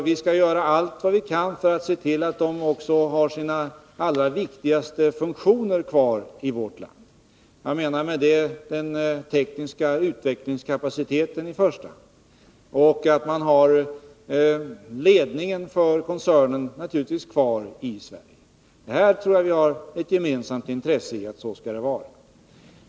Vi skall göra allt vad vi kan för att se till att de också har sina allra viktigaste funktioner kvar i vårt land. Jag avser då i första hand den tekniska utvecklingskapaciteten — och att man naturligtvis har ledningen i koncernen kvar i Sverige. Jag tror att vi har ett gemensamt intresse av att det skall vara så.